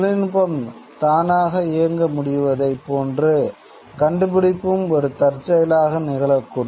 தொழில்நுட்பம் தானாக இயங்க முடிவதைப் போன்று கண்டுபிடிப்பும் ஒரு தற்செயலாக நிகழக்கூடும்